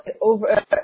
over